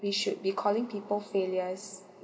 we should be calling people failures